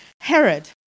Herod